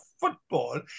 football